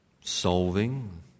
solving